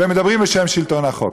ומדברים בשם שלטון החוק.